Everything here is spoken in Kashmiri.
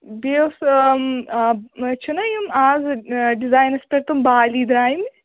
بیٚیہِ اوس چھِنَہ یِم آز ڈِزاینَس پٮ۪ٹھ تِم بالی درامٕتۍ